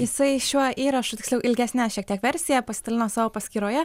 jisai šiuo įrašu tiksliau ilgesnę šiek tiek versiją pasidalino savo paskyroje